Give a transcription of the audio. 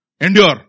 endure